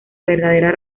verdadera